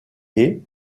est